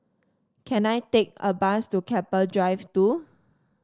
can I take a bus to Keppel Drive Two